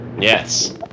Yes